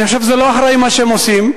אני חושב שזה לא אחראי מה שהם עושים.